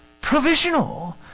provisional